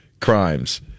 crimes